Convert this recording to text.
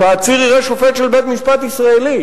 שהעציר יראה שופט של בית-משפט ישראלי,